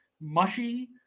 mushy